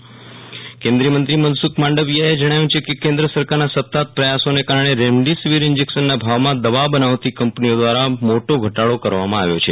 વિરલ રાણા મનસુખ માંડવીયા કેન્દ્રીયમંત્રી મનસુખ માંડવીયાએ જણાવ્યુ છે કે કેન્દ્ર સરકારના સતત પ્રથાસોને કારણે રેમડીસીવીર ઈન્જેક્શનના ભાવમાં દવા બનાવતી કંપનીઓ દ્રારા મોટો ઘટાડો કર વા માં આવ્યો છે